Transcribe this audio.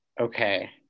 Okay